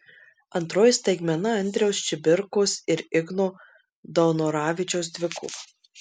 antroji staigmena andriaus čibirkos ir igno daunoravičiaus dvikova